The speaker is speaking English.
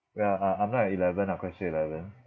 ya I I'm now at eleven ah question eleven